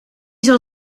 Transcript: zal